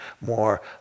more